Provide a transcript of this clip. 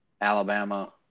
Alabama